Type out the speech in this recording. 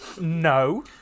no